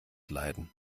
leiden